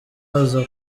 aza